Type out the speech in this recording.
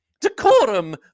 decorum